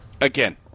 again